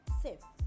safe